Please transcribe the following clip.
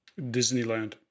Disneyland